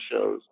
shows